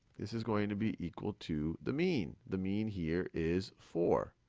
this is going to be equal to the mean. the mean here is four.